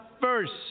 first